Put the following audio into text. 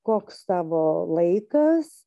koks tavo laikas